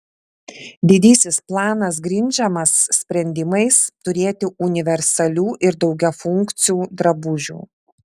didysis planas grindžiamas sprendimais turėti universalių ir daugiafunkcių drabužių